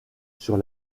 sur